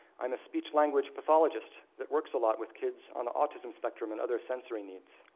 um speech-language pathologist that works a lot with kids on the autism spectrum and other sensory needs.